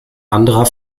anderer